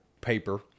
paper